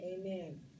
Amen